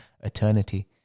eternity